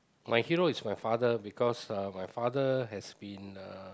my hero is my father because uh my father has been uh